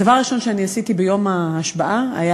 הדבר הראשון שאני עשיתי ביום ההשבעה היה